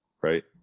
right